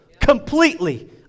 Completely